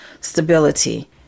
stability